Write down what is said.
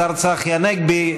השר צחי הנגבי,